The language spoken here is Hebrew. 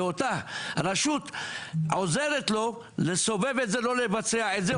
ואותה רשות עוזרת לו לסובב את זה ולא לבצע את זה,